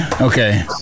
Okay